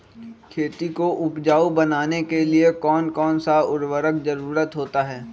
खेती को उपजाऊ बनाने के लिए कौन कौन सा उर्वरक जरुरत होता हैं?